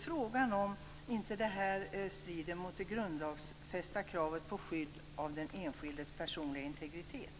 Frågan är om inte detta strider mot det grundlagsfästa kravet på skydd av den enskildes personliga integritet